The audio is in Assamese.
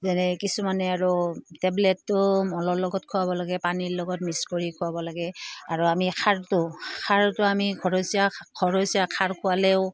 যেনে কিছুমানে আৰু টেবলেটটো মলৰ লগত খুৱাব লাগে পানীৰ লগত মিক্স কৰি খোৱাব লাগে আৰু আমি খাৰটো খাৰটো আমি ঘৰচীয়া খৰচীয়া খাৰ খোৱালেও